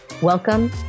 Welcome